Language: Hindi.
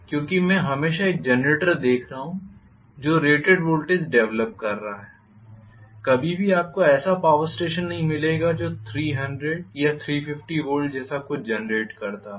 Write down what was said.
क्योंकि मैं हमेशा एक जनरेटर देख रहा हूँ जो रेटेड वोल्टेज डेवलप कर रहा है कभी भी आपको ऐसा पावर स्टेशन नहीं मिलेगा जो 300 या 350 वोल्ट जैसा कुछ जेनरेट करता हो